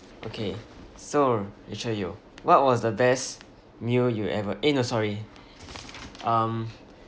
okay so rachel yeo what was the best meal you ever eh no sorry um